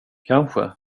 kanske